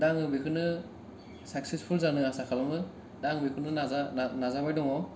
दा आं बेखौनो साक्सेसफुल जानो आसा खालामो दा आं बेखौनो नाजा नाजाबाय दं